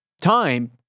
time